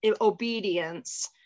obedience